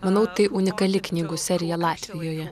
manau tai unikali knygų serija latvijoje